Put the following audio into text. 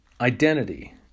Identity